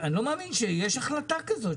אני לא מאמין שהוא קיבל החלטה כזאת,